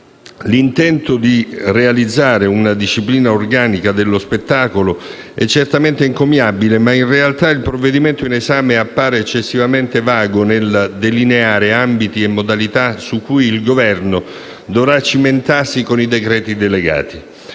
L'intento dì realizzare una disciplina organica dello spettacolo è certamente encomiabile, ma in realtà il provvedimento in esame appare eccessivamente vago nel delineare ambiti e modalità su cui il Governo dovrà cimentarsi con i decreti delegati.